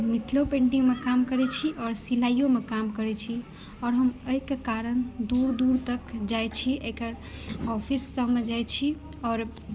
मिथिलो painting मे काम करै छी आ सिलाइयो करै छी आओर हम एहिके कारण दूर दूर तक जाइ छी एकर ऑफिस सबमे जाइत छी आओर